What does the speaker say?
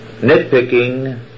Nitpicking